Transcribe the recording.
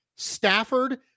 Stafford